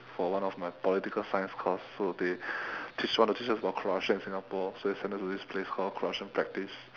for one of my political science course so they teach want to teach us about corruption in singapore so they send us to this place called corruption practice